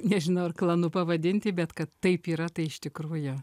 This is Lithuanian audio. nežinau ar klanu pavadinti bet kad taip yra tai iš tikrųjų